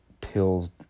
pills